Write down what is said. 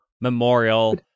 memorial